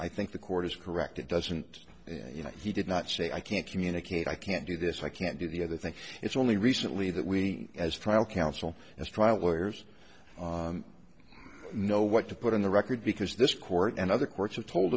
i think the court is correct it doesn't you know he did not say i can't communicate i can't do this i can't do the other thing it's only recently that we as trial counsel as trial lawyers know what to put on the record because this court and other courts have told